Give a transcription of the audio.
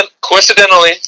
coincidentally